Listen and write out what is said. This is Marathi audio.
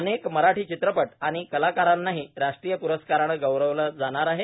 अनेक मराठी चित्रपट आणि कलाकारांनाही राष्ट्रीय प्रस्कारनं गौरवलं जाणार आहे